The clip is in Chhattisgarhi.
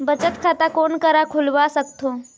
बचत खाता कोन करा खुलवा सकथौं?